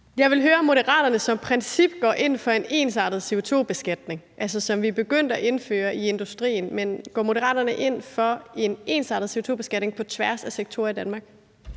som princip går ind for en ensartet CO2-beskatning, altså som vi er begyndt at indføre i industrien. Går Moderaterne ind for en ensartet CO2-beskatning på tværs af sektorer i Danmark?